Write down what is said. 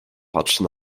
patrzy